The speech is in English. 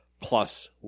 plus